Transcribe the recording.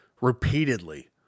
repeatedly